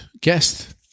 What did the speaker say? guest